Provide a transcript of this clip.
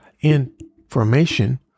information